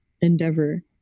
endeavor